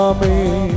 Amen